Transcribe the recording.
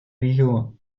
регион